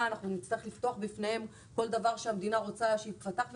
אנחנו נצטרך לפתוח בפניה כל דבר שהיא רוצה שייפתח בפניה,